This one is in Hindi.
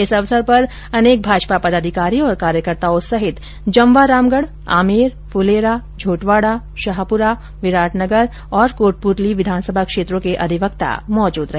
इस अवसर पर अनेक भाजपा पदाधिकारी और कार्यकर्ताओं सहित जमवारामगढ आमेर फुलेरा झोटवाड़ा शाहपुरा विराटनगर और कोटपूतली विधानसभा क्षेत्रों के अधिवक्ता उपस्थित रहे